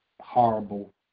horrible